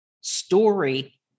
story